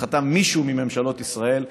שחתם מישהו מממשלות ישראל,